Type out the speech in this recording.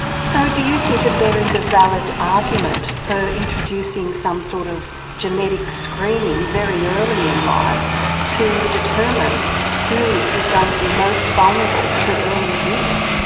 so do you think that there is a valid argument for introducing some sort of genetic screening very early in life to determine who is going to be most vulnerable to early abuse?